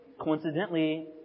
coincidentally